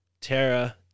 Tara